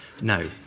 No